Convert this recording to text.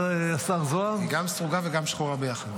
השר זוהר --- היא גם סרוגה וגם שחורה ביחד.